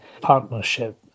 Partnership